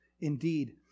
indeed